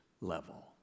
level